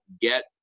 get